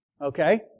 Okay